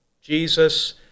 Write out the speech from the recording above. Jesus